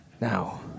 Now